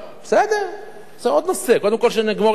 בסדר, זה עוד נושא, קודם כול שנגמור עם האוצר.